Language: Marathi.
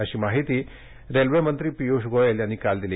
अशी माहिती रेल्वे मंत्री पिय्ष गोयल यांनी काल दिली